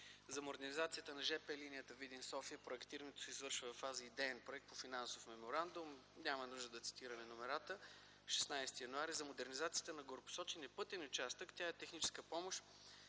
За модернизацията на жп линията Видин-София проектирането се извършва във фаза идеен проект по финансов меморандум – няма нужда да цитирам номерата. Шестнадесети януари – за модернизацията на горепосочения пътен участък. Тя е техническа помощ